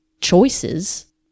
choices